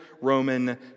Roman